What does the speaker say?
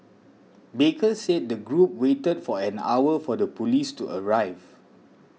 baker said the group waited for an hour for the police to arrive